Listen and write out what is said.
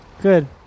Good